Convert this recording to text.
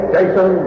Jason